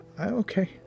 Okay